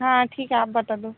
हाँ ठीक है आप बता दो